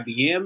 IBM